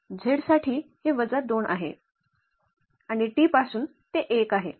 z साठी हे वजा 2 आहे आणि t पासून ते 1 आहे